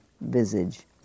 visage